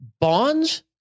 Bonds